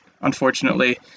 unfortunately